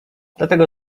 dlatego